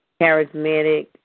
Charismatic